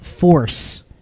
force